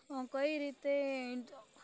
કઈ રીતે